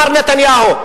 מר נתניהו,